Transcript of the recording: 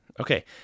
Okay